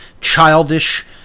childish